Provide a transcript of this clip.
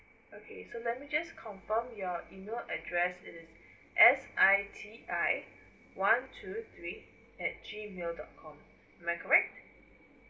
okay so let me just confirm your email address is s i t i one two three at G mail dot com am I correct